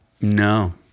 No